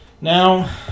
Now